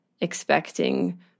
expecting